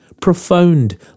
Profound